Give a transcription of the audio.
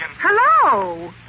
Hello